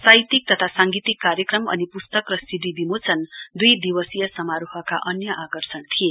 साहित्यिक तथा साङ्गीतिक कार्यक्रम अनि पुस्तक र सिडी विमोचन दुई दिवसीय समारोहका अन्य आकर्षण थिए